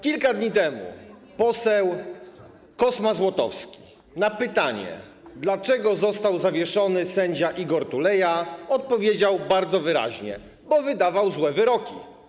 Kilka dni temu poseł Kosma Złotowski na pytanie, dlaczego został zawieszony sędzia Igor Tuleya, odpowiedział bardzo wyraźnie: Bo wydawał złe wyroki.